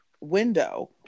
window